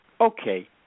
okay